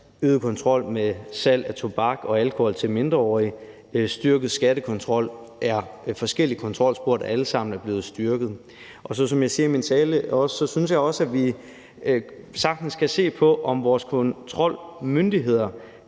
øgede kontrol med salg af tobak og alkohol til mindreårige og den styrkede skattekontrol er forskellige kontrolspor, der alle sammen er blevet styrket. Den anden ting er, som jeg siger i min tale, at vi sagtens kan se på, om vores kontrolmyndigheder